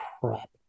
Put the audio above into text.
crap